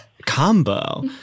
Combo